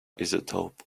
isotope